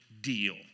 deal